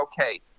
okay